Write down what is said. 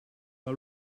are